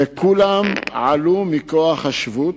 וכולם עלו מכוח חוק השבות,